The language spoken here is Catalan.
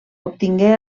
obtingué